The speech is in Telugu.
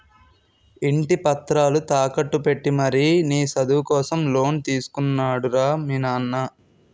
ఇంటి పత్రాలు తాకట్టు పెట్టి మరీ నీ చదువు కోసం లోన్ తీసుకున్నాడు రా మీ నాన్న